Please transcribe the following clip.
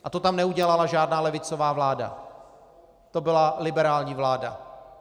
A to tam neudělala žádná levicová vláda, to byla liberální vláda.